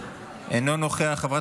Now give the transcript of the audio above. אינו נוכח.